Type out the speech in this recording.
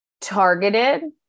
targeted